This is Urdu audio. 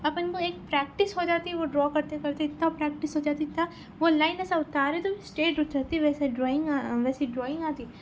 اپن کو ایک پریکٹس ہو جاتی وہ ڈرا کرتے کرتے اِتنا پریکٹس ہو جاتی اتنا تو وہ لائن ایسے اتارے تو اسٹیٹ ہو جاتی ویسی ڈرائنگ ویسی ڈرائنگ آتی